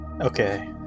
Okay